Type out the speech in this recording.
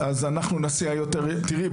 תראי,